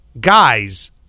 guys